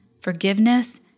forgiveness